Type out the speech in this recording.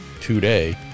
today